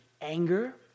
anger